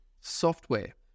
software